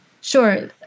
Sure